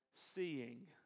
Seeing